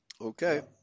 Okay